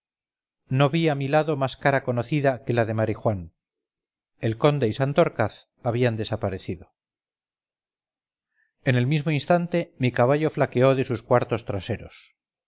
no vi a mi lado más cara conocida que la de marijuán el conde y santorcaz habían desaparecido en el mismo instante mi caballo flaqueó de sus cuartos traseros